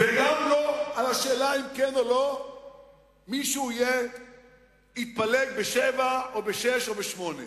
וגם לא על השאלה אם כן או לא מישהו יתפלג בשבע או בשש או בשמונה.